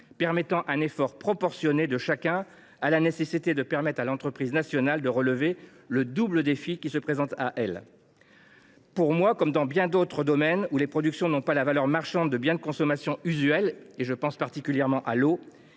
permis un effort proportionné de chacun, en vue de permettre à l’entreprise nationale de relever le double défi qui se présente à elle. Pour moi, comme dans bien d’autres domaines où les productions n’ont pas la valeur marchande de biens de consommation usuels – je pense en particulier à l’eau